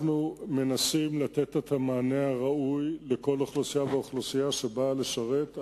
אנחנו מנסים לתת את המענה הראוי לכל אוכלוסייה ואוכלוסייה שבאה לשרת,